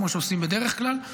כמו שעושים בדרך כלל.